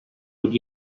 would